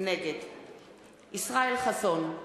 נגד ישראל חסון,